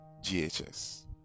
ghs